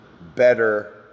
better